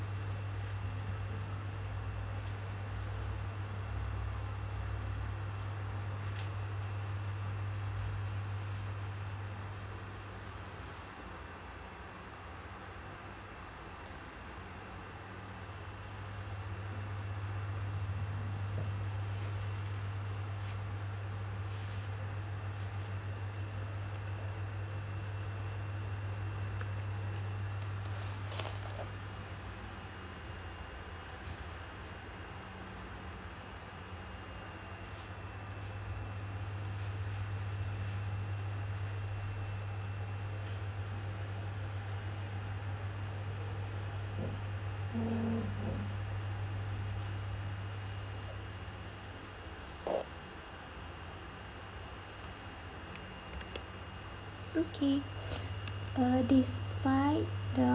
okay uh despite the